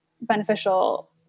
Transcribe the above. beneficial